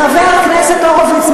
חבר הכנסת הורוביץ,